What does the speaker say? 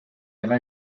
gai